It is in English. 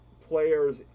players